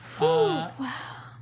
Wow